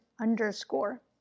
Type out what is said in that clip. underscore